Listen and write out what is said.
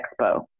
expo